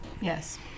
Yes